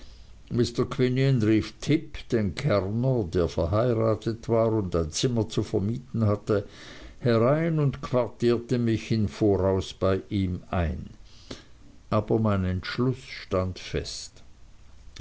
tipp den kärner der verheiratet war und ein zimmer zu vermieten hatte herein und quartierte mich im voraus bei ihm ein aber mein entschluß stand fest